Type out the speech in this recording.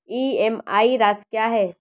EMI राशि क्या है?